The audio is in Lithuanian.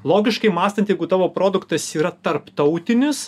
logiškai mąstant jeigu tavo produktas yra tarptautinis